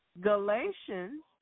Galatians